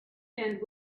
and